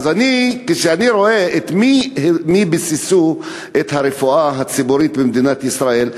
כשאני רואה מי ביססו את הרפואה הציבורית במדינת ישראל,